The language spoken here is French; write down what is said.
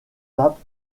pape